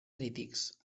crítics